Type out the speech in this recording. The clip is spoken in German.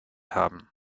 haben